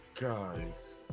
guys